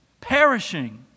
perishing